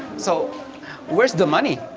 so where is the money?